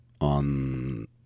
on